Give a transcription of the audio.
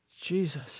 Jesus